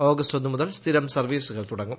August ഒന്നുമുതൽ സ്ഥിരം സർവീസുകൾ തുടങ്ങും